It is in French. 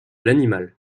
l’animal